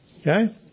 Okay